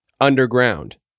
underground